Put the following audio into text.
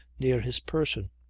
near his person.